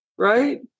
Right